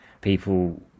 people